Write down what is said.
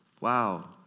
wow